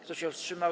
Kto się wstrzymał?